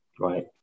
right